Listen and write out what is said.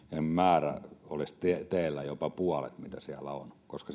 määrä olisi teillä jopa puolet siitä mitä siellä on koska